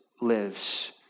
lives